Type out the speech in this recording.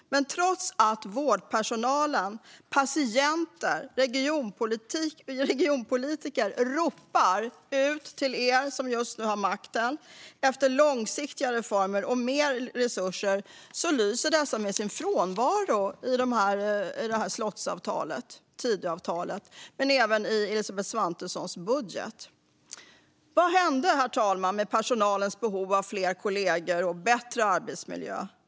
Men trots att vårdpersonal, patienter och regionpolitiker ropar till er som just nu har makten efter långsiktiga reformer och mer resurser lyser dessa med sin frånvaro i slottsavtalet, Tidöavtalet, och även i Elisabeth Svantessons budget. Vad hände, herr talman, med personalens behov av fler kollegor och bättre arbetsmiljö?